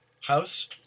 house